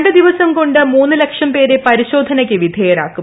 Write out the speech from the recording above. രണ്ട് ദിവസം കൊണ്ട് മൂന്ന് ലക്ഷം പേരെ പരിശോധനയ്ക്ക് വിധേയരാക്കും